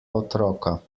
otroka